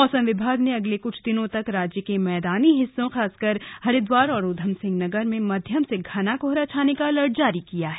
मौसम विभाग ने अगले कुछ दिनों तक राज्य के मैदानी हिस्सों खासकर हरिद्वार और उधमसिंह नगर में मध्यम से घना कोहरा छाने का अलर्ट जारी किया है